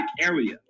area